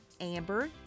Amber